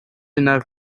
enough